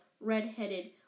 Red-headed